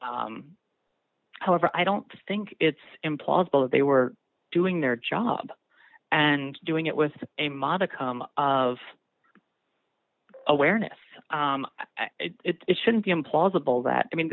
janice however i don't think it's implausible that they were doing their job and doing it with a modicum of awareness it shouldn't be implausible that i mean